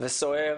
וסוער